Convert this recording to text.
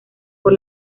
por